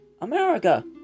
America